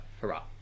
hurrah